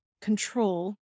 control